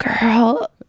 girl